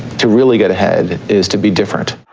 to really get ahead, is to be different.